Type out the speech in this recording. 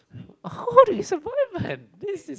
how did we survive man this is